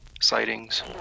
sightings